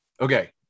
Okay